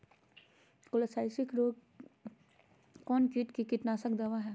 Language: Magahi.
क्लोरोपाइरीफास कौन किट का कीटनाशक दवा है?